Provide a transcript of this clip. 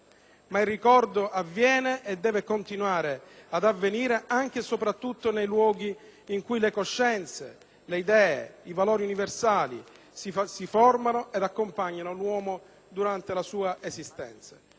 Ma il ricordo esiste e deve continuare ad esistere anche e soprattutto nei luoghi in cui le coscienze, le idee, i valori universali si formano ed accompagnano l'uomo durante la sua esistenza.